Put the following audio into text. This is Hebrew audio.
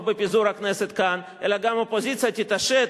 בפיזור הכנסת כאן אלא גם האופוזיציה תתעשת,